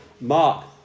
Mark